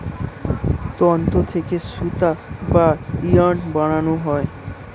তন্তু থেকে সুতা বা ইয়ার্ন বানানো হয়